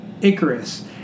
Icarus